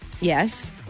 Yes